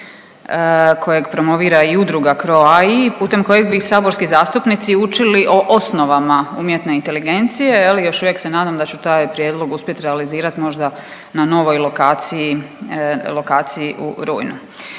kojeg promovira i Udruga CROAI pomoću kojeg bi saborski zastupnici učili o osnovama umjetne inteligencije. Još uvijek se nadam da ću taj prijedlog uspjeti realizirati možda na novoj lokaciji u rujnu.